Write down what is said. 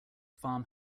farm